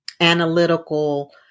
analytical